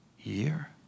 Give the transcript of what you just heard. year